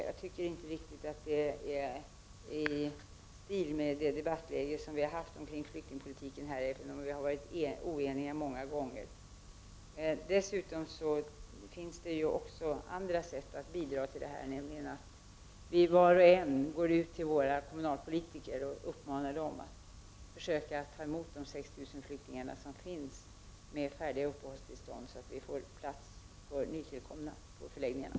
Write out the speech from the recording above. Jag tycker inte riktigt att det är i stil med det debattläge som vi har haft här när det gäller flyktingpolitiken — även om vi många gånger har varit oeniga. Dessutom finns det andra sätt att bidra i detta sammanhang, nämligen att var och en av oss uppmanar våra kommunalpolitiker att försöka ta emot de 6 000 flyktingar som finns här med färdiga uppehållstillstånd, så att vi får plats för nytillkomna på förläggningarna.